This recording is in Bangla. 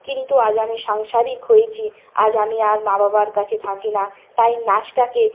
কিন্তু আজ আমি সাংসারিক হয়েছি আজ আমি আর মা বাবার কাছে থাকি না তাই নাচটাকে